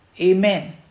Amen